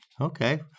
Okay